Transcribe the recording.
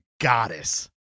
goddess